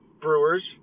Brewers